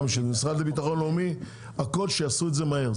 גם שהמשרד לביטחון לאומי הכל שיעשו את זה מהר,